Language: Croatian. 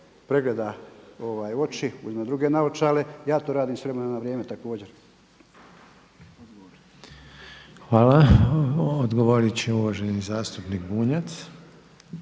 pregleda oči, uzme druge naočale. Ja to radim s vremena na vrijeme također. **Reiner, Željko (HDZ)** Hvala. Odgovorit će uvaženi zastupnik Bunjac.